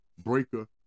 breaker